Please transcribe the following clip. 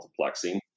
multiplexing